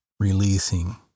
releasing